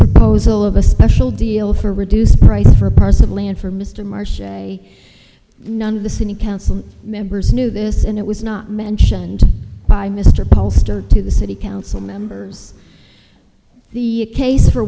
proposal of a special deal for reduced price for parts of land for mr marsh a none of the city council members knew this and it was not mentioned by mr pollster to the city council members the case for